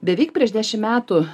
beveik prieš dešimt metų